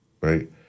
right